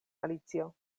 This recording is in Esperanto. alicio